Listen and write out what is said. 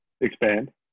Expand